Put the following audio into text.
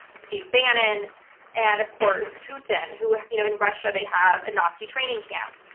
steve bannon-and and of course putin who, you know in russia, they have a nazi training camp.